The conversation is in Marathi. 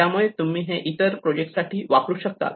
त्यामुळे हे तुम्ही इतर दुसऱ्या प्रोजेक्टसाठी वापरू शकतात